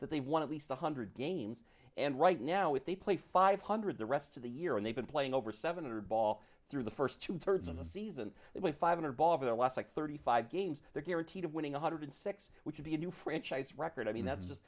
that they wanted least one hundred games and right now if they play five hundred the rest of the year and they've been playing over seven hundred ball through the first two thirds of the season that way five hundred dollars or less like thirty five games they're guaranteed of winning one hundred six which would be a new franchise record i mean that's just